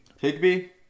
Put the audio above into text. Higby